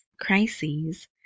crises